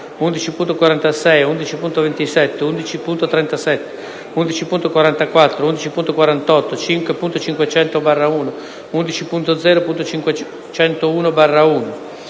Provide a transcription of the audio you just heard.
11,46, 11.27, 11.37, 11.44, 11.48, 5.500/1, 11.0.501/1,